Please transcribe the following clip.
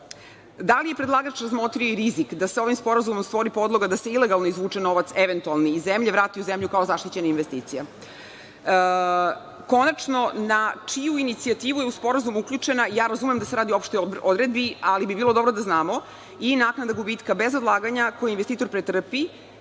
Da li je predlagač razmotrio i rizik da se ovim sporazumom stvori podloga da se ilegalno izvuče eventualni iz zemlje i vrati u zemlju kao zaštićena investicija. Konačno, na čiju inicijativu je u sporazumu uključena, razumem da se radi o opštoj odredbi, ali bi bilo dobro da znamo i naknade gubitka bez odlaganja koje investitor pretrpi,